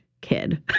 kid